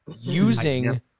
using